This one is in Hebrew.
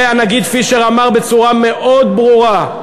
והנגיד פישר אמר בצורה מאוד ברורה: